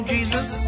Jesus